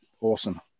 awesome